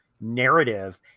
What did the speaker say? narrative